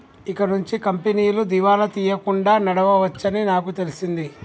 ఇకనుంచి కంపెనీలు దివాలా తీయకుండా నడవవచ్చని నాకు తెలిసింది